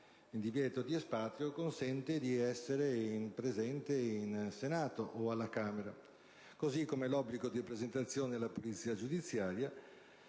Il divieto di espatrio consente di essere presente al Senato o alla Camera, così come l'obbligo di presentazione presso la polizia giudiziaria